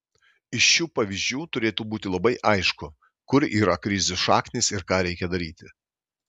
iš šių pavyzdžių turėtų būti labai aišku kur yra krizių šaknys ir ką reikia daryti